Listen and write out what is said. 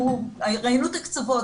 ראינו את הקצוות,